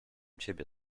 ciebie